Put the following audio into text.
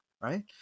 right